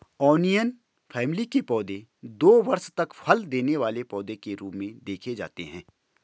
onion family के पौधे दो वर्ष तक फल देने वाले पौधे के रूप में देखे जाते हैं